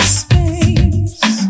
space